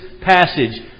passage